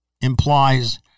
implies